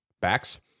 backs